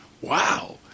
Wow